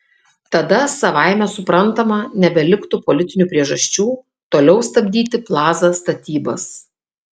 tada savaime suprantama nebeliktų politinių priežasčių toliau stabdyti plaza statybas